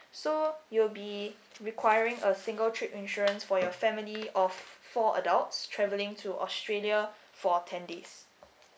so you will be requiring a single trip insurance for your family of four adults travelling to australia for ten days